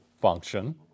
function